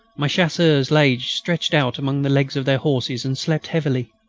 my chasseurs lay stretched out among the legs of their horses and slept heavily.